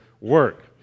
work